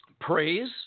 praise